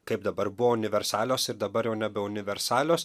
kaip dabar buvo universalios ir dabar jau nebe universalios